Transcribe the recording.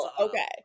Okay